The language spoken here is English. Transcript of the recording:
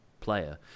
Player